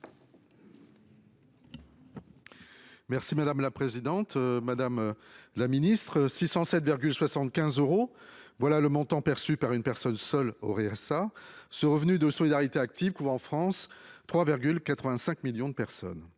et de l'insertion. Madame la ministre, 607,75 euros, voilà le montant perçu par une personne seule au RSA, ce revenu de solidarité active qui couvre en France 3,85 millions de personnes.